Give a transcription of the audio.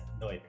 no